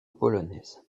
polonaise